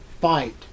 fight